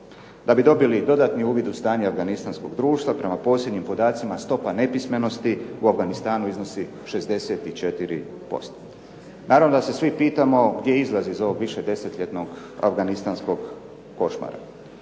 Da bi dobili dodatni uvid u stanje afganistanskog društva prema posljednjim podacima stopa nepismenosti u Afganistanu iznosi 64%. Naravno da se svi pitamo gdje je izlaz iz ovog više desetljetnog afganistanskog košmara.